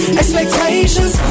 expectations